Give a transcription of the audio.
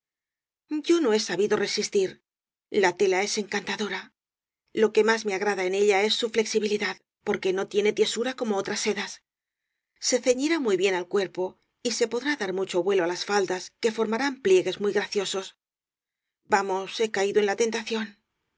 no he sabido resistir la tela es encantado ra lo que más me agrada en ella es su flexibili dad porque no tiene tiesura como otras sedas se ceñirá muy bien al cuerpo y se podrá dar mucho vuelo á las faldas que formarán pliegues muy gra ciosos vamos he caído en la tentación